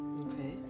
Okay